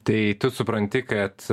tai tu supranti kad